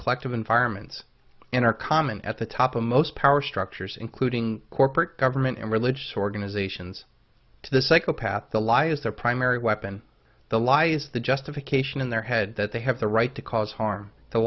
collective environments in our common at the top of most power structures including corporate government and religious organizations to the psychopaths the lie is their primary weapon the lie is the justification in their head that they have the right to cause harm